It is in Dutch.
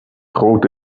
grote